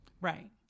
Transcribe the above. Right